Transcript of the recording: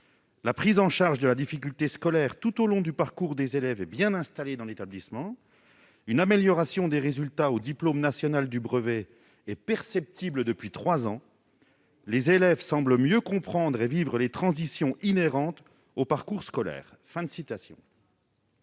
La prise en charge de la difficulté scolaire tout au long du parcours des élèves est bien installée dans l'établissement. [...] Une amélioration des résultats au diplôme national du brevet est perceptible depuis trois ans. [...] Les élèves semblent mieux comprendre et vivre les transitions inhérentes au parcours scolaire. »